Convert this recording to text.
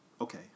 okay